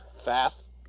fast